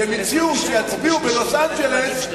כשהם הציעו שיצביעו בלוס-אנג'לס,